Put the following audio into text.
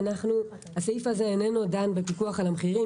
הסעיף הזה לא דן בפיקוח על המחירים.